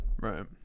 Right